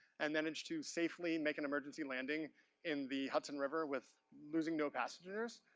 and managed to safely make an emergency landing in the hudson river with losing no passengers,